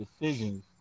decisions